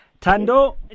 Tando